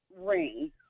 ring